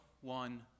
one